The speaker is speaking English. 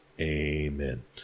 Amen